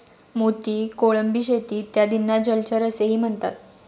मोती, कोळंबी शेती इत्यादींना जलचर असेही म्हणतात